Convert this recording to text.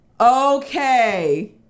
Okay